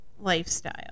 lifestyle